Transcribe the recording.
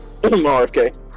RFK